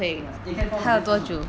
no but eh 可以 pause 吗可以 pause 吗